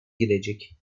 girecek